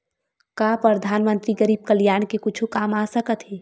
का परधानमंतरी गरीब कल्याण के कुछु काम आ सकत हे